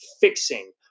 fixing